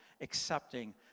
accepting